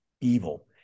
evil